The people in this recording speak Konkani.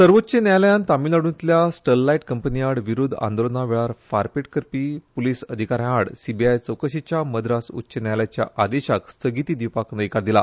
सर्वोच्च न्यायालयान तामिळनाडूंतल्या स्टारलायट कंपनी आड विरोधी आंदोलना वेळार फारपेट करपी प्लीस अधिकाऱ्यां आड सिबिआय चवकशेच्या मद्रास उच्च न्यायालयाच्या आदेशाक स्थगिती दिवपाक न्हयकार दिला